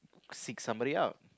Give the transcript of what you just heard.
seek somebody out